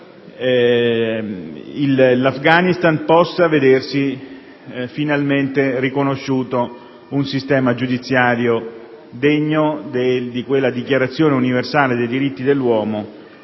perché l'Afghanistan possa vedersi finalmente riconosciuto un sistema giudiziario degno di quella Dichiarazione universale dei diritti dell'uomo